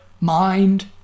mind